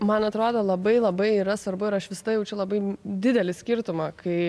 man atrodo labai labai yra svarbu ir aš visada jaučiu labai didelį skirtumą kai